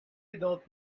adult